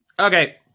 Okay